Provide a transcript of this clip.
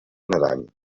nedant